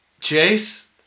Chase